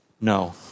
No